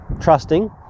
trusting